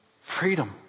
Freedom